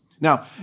Now